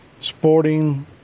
sporting